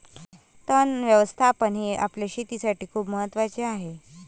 तण व्यवस्थापन हे आपल्या शेतीसाठी खूप महत्वाचे आहे